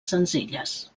senzilles